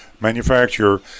manufacturer